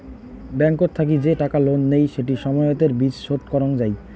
ব্যাংকত থাকি যে টাকা লোন নেই সেটি সময়তের বিচ শোধ করং যাই